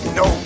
no